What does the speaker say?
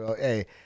Hey